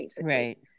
right